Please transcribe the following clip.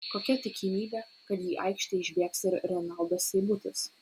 kokia tikimybė kad į aikštę išbėgs ir renaldas seibutis